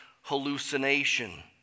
hallucination